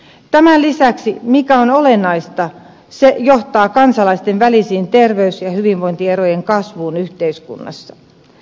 tämän lisäksi mikä on olennaista se johtaa kansalaisten välisten terveys ja hyvinvointierojen kasvuun yhteiskunnassa